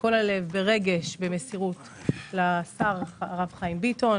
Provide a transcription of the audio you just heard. מכל הלב, ברגש, במסירות, לשר הרב חיים ביטון